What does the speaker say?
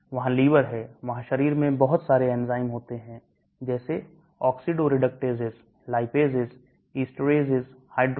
वहां लीवर है वहां शरीर में बहुत सारे एंजाइम होते हैं जैसे oxidoreductases lipases estarase hydrolase amidace